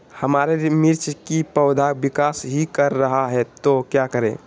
हमारे मिर्च कि पौधा विकास ही कर रहा है तो क्या करे?